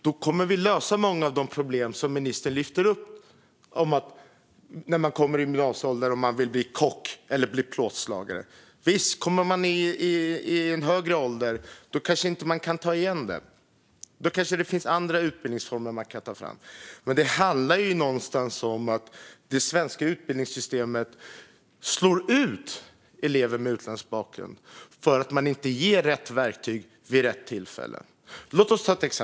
Då kommer vi att lösa många av de problem som ministern lyfter fram, till exempel detta med att man kommer upp i gymnasieåldern och vill bli kock eller plåtslagare. Kommer man upp i en högre ålder kanske man inte kan ta igen det. Då kanske det finns andra utbildningsformer som kan tas fram. Men det handlar ju om att det svenska utbildningssystemet slår ut elever med utländsk bakgrund för att man inte ger rätt verktyg vid rätt tillfälle.